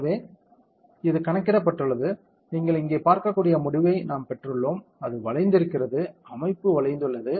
எனவே இது கணக்கிடப்பட்டுள்ளது நீங்கள் இங்கே பார்க்கக்கூடிய முடிவை நாம் பெற்றுள்ளோம் அது வளைந்திருக்கிறது அமைப்பு வளைந்துள்ளது